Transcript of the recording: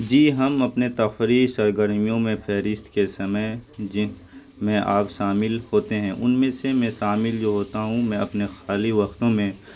جی ہم اپنے تفریح سرگرمیوں میں فہرست کے سمے جن میں آپ شامل ہوتے ان میں سے میں شامل جو ہوتا ہوں میں اپنے خالی وقتوں میں